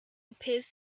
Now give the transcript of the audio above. appears